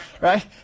Right